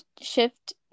shift